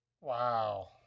Wow